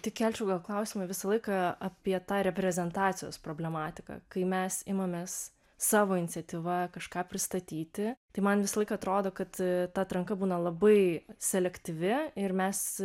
tik kelčiau klausimą visą laiką apie tą reprezentacijos problematiką kai mes imamės savo iniciatyva kažką pristatyti tai man visąlaik atrodo kad ta atranka būna labai selektyvi ir mes